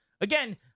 Again